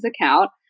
account